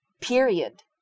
Period